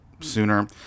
sooner